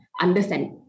understand